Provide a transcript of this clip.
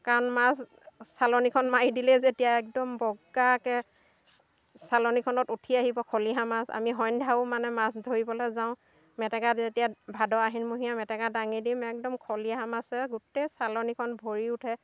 কাৰণ মাছ চালনীখন মাৰি দিলেই যেতিয়া একদম বগাকৈ চালনীখনত উঠি আহিব খলিহা মাছ আমি সন্ধ্যাও মানে মাছ ধৰিবলৈ যাওঁ মেটেকাত যেতিয়া ভাদ আহিন মহীয়া মেটেকা দাঙি দিম একদম খলিহা মাছে গোটেই চালনীখন ভৰি উঠে